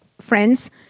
friends